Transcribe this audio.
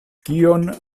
kion